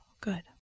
good